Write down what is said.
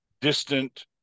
distant